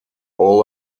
all